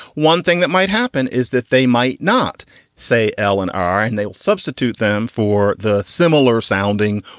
one thing that might happen is that they might not say ah and are and they will substitute them for the similar sounding.